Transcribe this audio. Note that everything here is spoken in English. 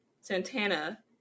Santana